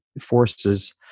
forces